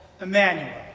Emmanuel